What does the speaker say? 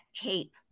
cape